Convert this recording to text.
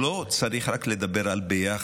בשום פנים ואופן לא צריך רק לדבר על "ביחד"